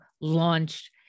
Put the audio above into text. launched